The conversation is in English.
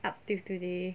up till today